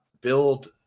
build